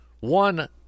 One